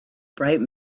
bright